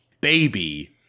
baby